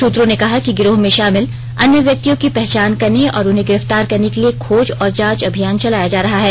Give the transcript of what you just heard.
सूत्रों ने कहा कि गिरोह में शामिल अन्य व्यक्तियों की पहचान करने और उन्हें गिरफ्तार करने के लिए खोज और जांच अभियान चलाया जा रहा है